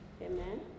Amen